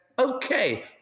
Okay